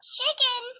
Chicken